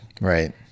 Right